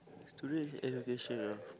today education ah